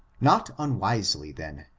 not unwisely, then,